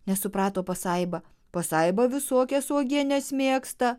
nesuprato pasaiba pasaiba visokias uogienes mėgsta